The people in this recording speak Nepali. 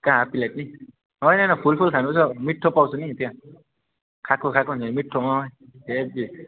कहाँ हाफ प्लेट नि होइन होइन फुल फुल खानुपर्छ हौ मिठो पाउँछ नि त्यहाँ खाएको खाएको हुन्छ मिठो अँ हेबी